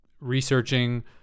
researching